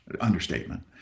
Understatement